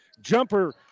Jumper